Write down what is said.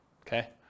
Okay